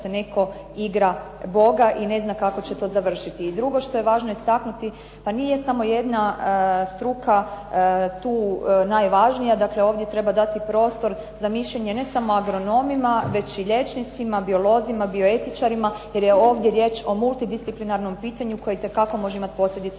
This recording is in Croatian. netko igra Boga i ne zna kako će to završiti. I drugo što je važno istaknuti, pa nije samo jedna struka tu najvažnija, dakle ovdje treba dati prostor za mišljenje ne samo agronomima, već i liječnicima, biolozima, bioetičarima jer je ovdje riječ o multidisciplinarnom pitanju koje itekako može imati posljedice